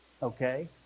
Okay